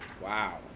Wow